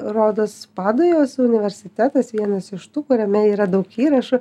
rodos padujos universitetas vienas iš tų kuriame yra daug įrašų